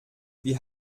wie